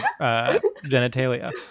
genitalia